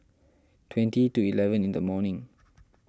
twenty to eleven in the morning